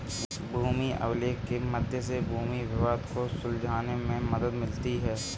भूमि अभिलेख के मध्य से भूमि विवाद को सुलझाने में मदद मिलती है